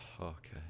okay